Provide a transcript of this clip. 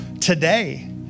today